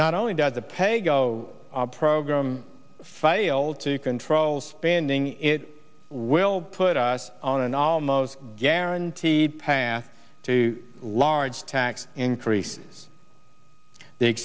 not only does the pay go program failed to control spending it will put us on an almost guaranteed path to large tax increases